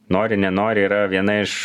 nori nenori yra viena iš